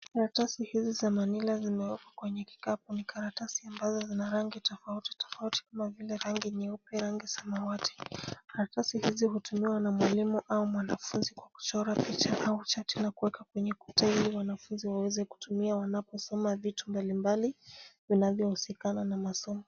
Karatasi hizi za manila zimewekwa kwenye kikapu. Ni karatasi ambazo zina rangi tofauti tofauti kama vile rangi nyeupe, rangi samawati. Karatasi hizi hutumiwa na mwalimu au mwanafunzi kwa kuchora picha au chati za kueka kwenye kuta ili wanafunzi waweze kutumia wanaposoma vitu mbalimbali vinavyohusikana na masomo.